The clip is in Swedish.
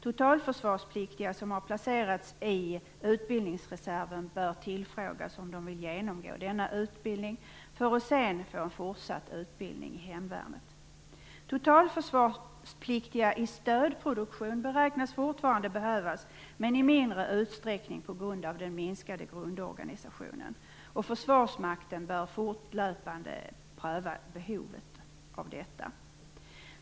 Totalförsvarspliktiga som har placerats i utbildningsreserven bör tillfrågas om de vill genomgå denna utbildning för att sedan få fortsatt utbildning inom hemvärnet. Totalförsvarspliktiga i stödproduktion beräknas fortfarande behövas, men i mindre utsträckning på grund av den minskade grundorganisationen. Försvarsmakten bör fortlöpande pröva behovet av detta.